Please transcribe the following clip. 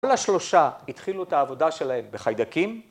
כל השלושה התחילו את העבודה שלהם בחיידקים.